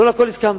לא לכול הסכמתי.